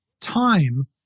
time